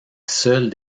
seule